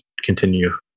continue